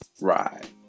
ride